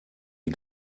die